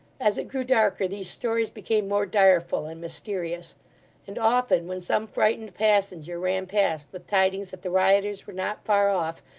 as it grew darker, these stories became more direful and mysterious and often, when some frightened passenger ran past with tidings that the rioters were not far off,